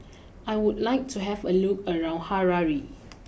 I would like to have a look around Harare